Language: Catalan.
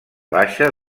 baixa